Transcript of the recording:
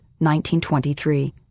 1923